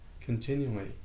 continually